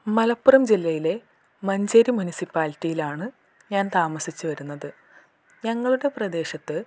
മലപ്പുറം ജില്ലയിലെ മഞ്ചേരി മുൻസിപ്പാലിറ്റിയിലാണ് ഞാൻ താമസിച്ച് വരുന്നത് ഞങ്ങളുടെ പ്രദേശത്ത്